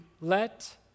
let